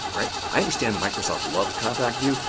right? i understand microsoft loves compact view.